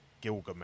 Gilgamesh